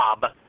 Bob